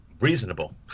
reasonable